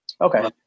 Okay